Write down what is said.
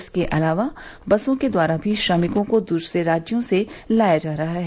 इसके अलावा बसों के द्वारा भी श्रमिकों को दूसरे राज्यों से लाया जा रहा है